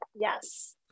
Yes